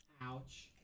Ouch